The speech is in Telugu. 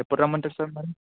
ఎప్పుడు రమ్మంటారు సార్ మరి